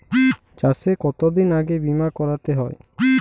চাষে কতদিন আগে বিমা করাতে হয়?